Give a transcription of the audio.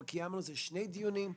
אבל קיימנו על זה שני דיונים.